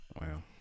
Wow